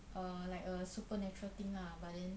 err like a supernatural thing ah but then